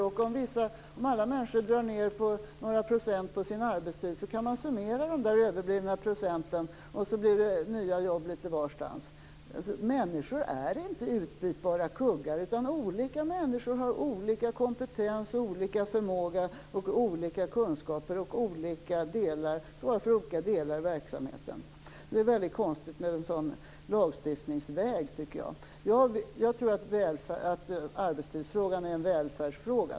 Om alla människor drar ned några procent på sin arbetstid skulle man kunna summera de överblivna procenten, och så blir det nya jobb litet varstans. Människor är inte utbytbara kuggar! Olika människor har olika kompetens, olika förmåga och olika kunskaper. De svarar för olika delar i verksamheten. Därför tycker jag att lagstiftningsvägen blir väldigt konstig. Jag tror att arbetstidsfrågan är en välfärdsfråga.